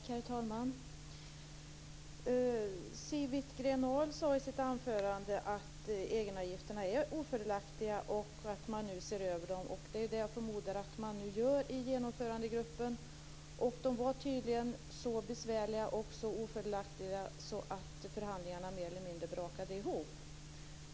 Herr talman! Siw Wittgren-Ahl sade i sitt anförande att egenavgifterna är ofördelaktiga, och att man nu ser över dem. Jag förmodar att det är det som genomförandegruppen nu gör. Tydligen är de så besvärliga och så ofördelaktiga att förhandlingarna mer eller mindre brakat ihop.